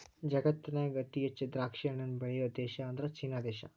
ಜಗತ್ತಿನ್ಯಾಗ ಅತಿ ಹೆಚ್ಚ್ ದ್ರಾಕ್ಷಿಹಣ್ಣನ್ನ ಬೆಳಿಯೋ ದೇಶ ಅಂದ್ರ ಚೇನಾ ದೇಶ